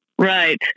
Right